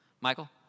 Michael